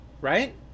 Right